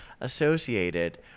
associated